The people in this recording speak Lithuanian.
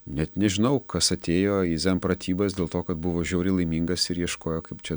net nežinau kas atėjo į zen pratybas dėl to kad buvo žiauriai laimingas ir ieškojo kaip čia